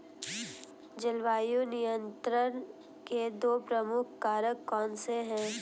जलवायु नियंत्रण के दो प्रमुख कारक कौन से हैं?